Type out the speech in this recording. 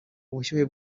ubushyuhe